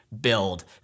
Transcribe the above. build